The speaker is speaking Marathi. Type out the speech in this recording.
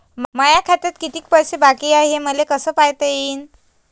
माया खात्यात किती पैसे बाकी हाय, हे मले कस पायता येईन?